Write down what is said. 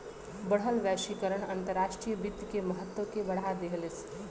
बढ़ल वैश्वीकरण अंतर्राष्ट्रीय वित्त के महत्व के बढ़ा देहलेस